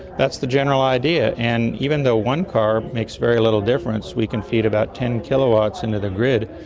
that's the general idea, and even though one car makes very little difference, we can feed about ten kilowatts into the grid.